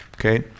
okay